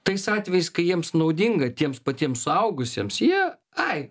tais atvejais kai jiems naudinga tiems patiems suaugusiems jie ai